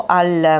al